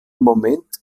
moment